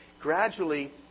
gradually